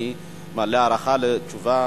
אני מלא הערכה לתשובה